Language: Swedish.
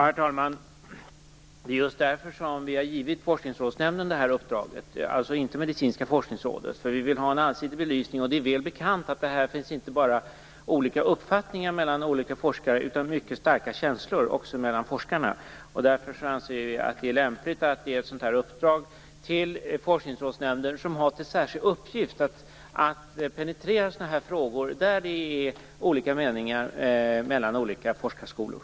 Herr talman! Det är just därför vi har givit Forskningsrådsnämnden det här uppdraget och inte Medicinska forskningsrådet. Vi vill ha en allsidig belysning, och det är väl bekant att det inte bara finns olika uppfattningar mellan olika forskare här utan också mycket starka känslor forskarna emellan. Därför anser vi att det är lämpligt att ge ett sådant här uppdrag till Forskningsrådsnämnden, som har till särskild uppgift att penetrera frågor där det råder olika meningar mellan olika forskarskolor.